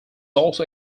also